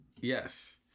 yes